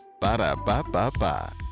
Ba-da-ba-ba-ba